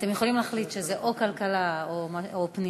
אתם יכולים להחליט שזה או כלכלה או פנים,